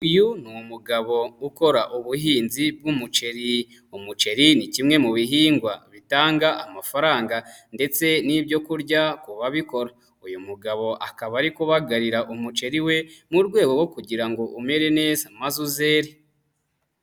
Uyu ni umugabo ukora ubuhinzi bw'umuceri. Umuceri ni kimwe mu bihingwa bitanga amafaranga ndetse n'ibyo kurya ku babikora. Uyu mugabo akaba ari kubagarira umuceri we, mu rwego rwo kugira ngo umere neza maze uzere.